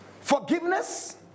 forgiveness